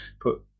put